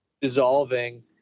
dissolving